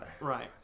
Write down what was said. Right